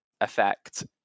effect